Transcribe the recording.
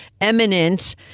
eminent